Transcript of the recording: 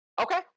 Okay